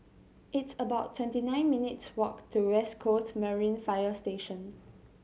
it's about twenty nine minutes' walk to West Coast Marine Fire Station